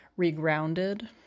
regrounded